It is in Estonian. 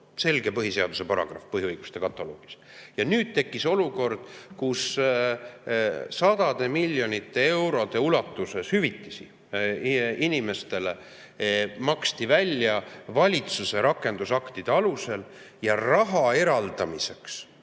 Selge põhiseaduse paragrahv põhiõiguste kataloogis. Nüüd tekkis olukord, kus sadade miljonite eurode ulatuses maksti hüvitisi inimestele välja valitsuse rakendusaktide alusel ja raha eraldamiseks,